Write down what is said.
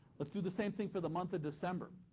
let's do the same thing for the month of december.